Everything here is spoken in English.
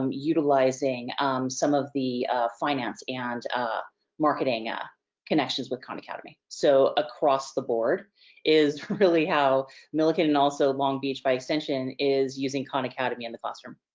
um utilizing some of the finance and ah marketing ah connections with khan academy. so, across the board is really how millikan and also long beach by extension is using khan academy in the classroom.